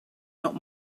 not